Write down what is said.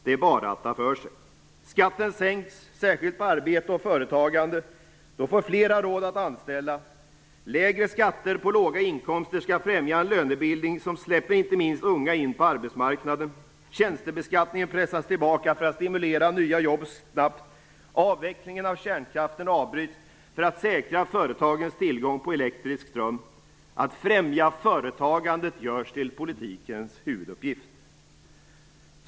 Det är bara att ta för sig. Då får flera råda att anställa. Lägre skatter på låga inkomster skall främja en lönebildning som släpper in inte minst unga på arbetsmarknaden. Tjänstebeskattningen pressas tillbaka för att stimulera nya jobb snabbt. Avvecklingen av kärnkraften avbryts för att säkra företagens tillgång på elektrisk ström. Att främja företagandet görs till politikens huvuduppgift.